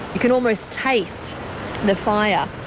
you can almost taste the fire,